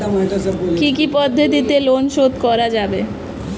কি কি পদ্ধতিতে লোন শোধ করা যাবে?